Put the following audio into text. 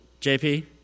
JP